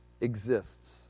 exists